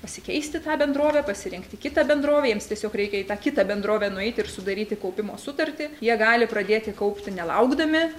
pasikeisti tą bendrovę pasirinkti kitą bendrovę jiems tiesiog reikia į tą kitą bendrovę nueiti ir sudaryti kaupimo sutartį jie gali pradėti kaupti nelaukdami